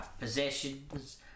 possessions